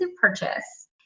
purchase